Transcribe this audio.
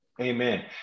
Amen